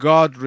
God